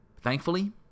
Thankfully